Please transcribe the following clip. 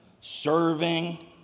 serving